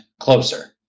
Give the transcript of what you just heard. closer